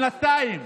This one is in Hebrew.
שנתיים